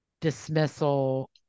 dismissal